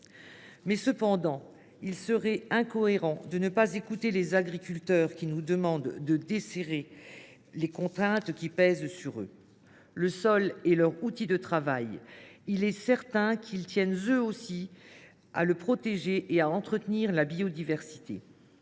mais il serait incohérent de ne pas écouter ceux qui nous demandent de desserrer les contraintes qui pèsent sur eux. Le sol étant leur outil de travail, il est certain que les agriculteurs tiennent eux aussi à le protéger et à entretenir la biodiversité.